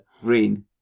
green